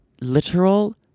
literal